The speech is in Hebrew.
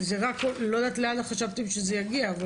אני לא יודעת לאן חשבתם שזה יגיע אבל